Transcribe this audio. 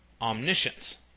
omniscience